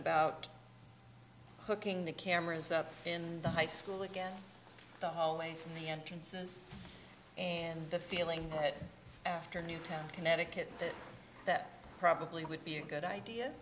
about cooking the cameras up in the high school again the hallways and the entrances and the feeling that after newtown connecticut that probably would be a good idea